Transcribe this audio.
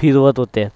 फिरवत होते